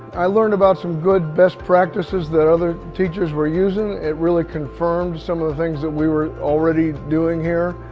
i learned about some good best practices, that other teachers were using. it really confirmed some of the things that we were already doing here.